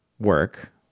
work